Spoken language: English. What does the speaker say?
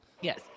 Yes